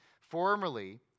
Formerly